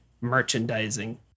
merchandising